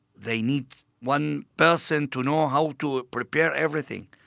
they need one person to know how to prepare everything.